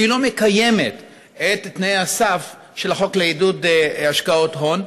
ולא מקיימת את תנאי הסף של החוק לעידוד השקעות הון.